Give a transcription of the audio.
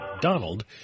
Donald